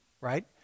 right